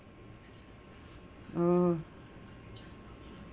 mm